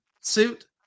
suit